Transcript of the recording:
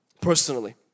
personally